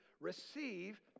receive